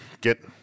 get